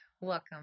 Welcome